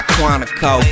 Quantico